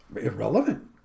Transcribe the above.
irrelevant